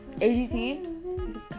AGT